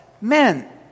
men